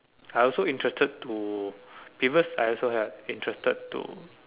I also interested to because I also have interested to